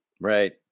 right